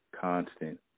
constant